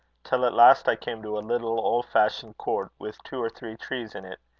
till at last i came to a little, old-fashioned court, with two or three trees in it.